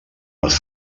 les